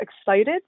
excited